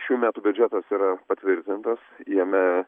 šių metų biudžetas yra patvirtintas jame